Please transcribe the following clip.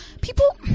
People